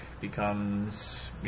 becomes